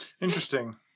Interesting